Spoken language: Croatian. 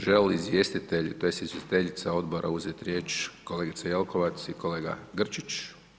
Želi li izvjestitelj, to jest izvjestiteljica Odbora uzeti riječ, kolegica Jelkovac i kolega Grčić?